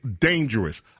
dangerous